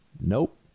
Nope